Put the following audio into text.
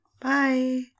Bye